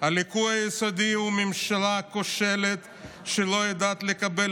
הליקוי היסודי הוא ממשלה כושלת שלא יודעת לקבל